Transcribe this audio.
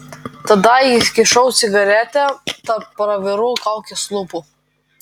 tada įkišau cigaretę tarp pravirų kaukės lūpų